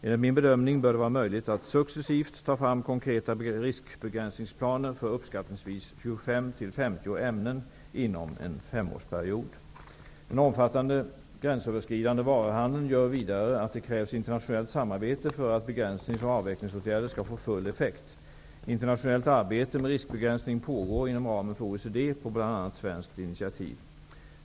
Enligt min bedömning bör det vara möjligt att successivt ta fram konkreta riskbegränsningsplaner för uppskattningsvis 25--50 ämnen inom en femårsperiod. Den omfattande gränsöverskridande varuhandeln gör vidare att det krävs internationellt samarbete för att begränsnings och avvecklingsåtgärder skall få full effekt. Internationellt arbete med riskbegränsning pågår inom ramen för OECD på bl.a. svenskt initiativ.